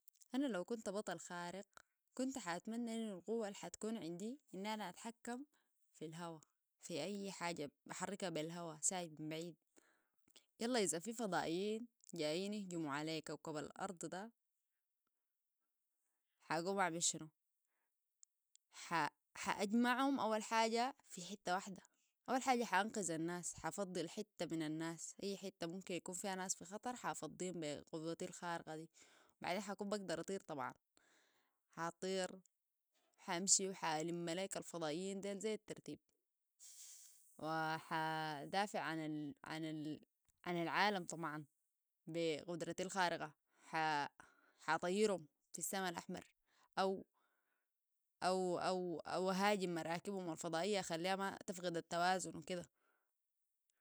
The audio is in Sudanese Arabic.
انا لو كنت بطل خارق كنت حتمنى ان القوة اللي حتكون عندي انو انا اتحكم في الهواء في اي حاجة بحركها بالهواء ساي ن بعيد يلا اذا في فضائيين جاييني يهجموا علي كوكب ارض ده حقوم اعمل شنو ح اجمعهم اول حاجة في حتة واحدة اول حاجة ح انقذ الناس حفضي الحتة من الناس اي حتة ممكن يكون فيها ناس في خطر حفضيهم بي قوتي الخارقة دي بعدين حاكون بقدر اطير طبعا حطير حمشي و ح الم ليك الفضائيين ديل زي الترتيب وحأ ادفع عن العالم بقدرتي الخارقة ح أطيرهم في السماء الأحمر أو أهاجم مراكبهم الفضائية اخليها تفقد التوازن وكده